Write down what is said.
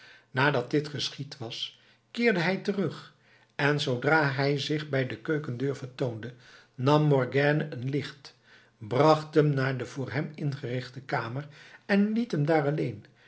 nadat dit geschied was keerde hij terug en zoodra hij zich bij de keukendeur vertoonde nam morgiane een licht bracht hem naar de voor hem ingerichte kamer en liet hem daar